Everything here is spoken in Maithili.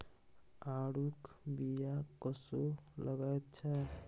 आड़ूक बीया कस्सो लगैत छै